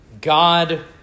God